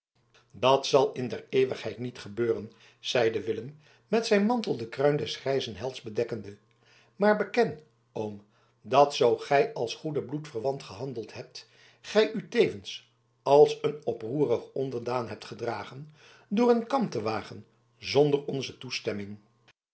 dat zal in der eeuwigheid niet gebeuren zeide willem met zijn mantel de kruin des grijzen helds bedekkende maar beken oom dat zoo gij als goede bloedverwant gehandeld hebt gij u tevens als een oproerig onderdaan hebt gedragen door een kamp te wagen zonder onze toestemming